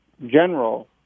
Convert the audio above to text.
general